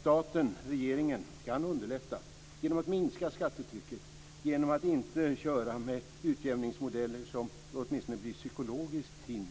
Staten, regeringen, kan underlätta genom att minska skattetrycket och genom att inte köra med utjämningsmodeller som åtminstone psykologiskt blir ett